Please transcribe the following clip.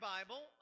Bible